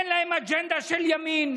אין להם אג'נדה של ימין.